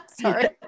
Sorry